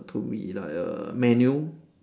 to be like a manual